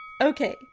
Okay